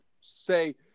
say